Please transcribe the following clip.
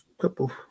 couple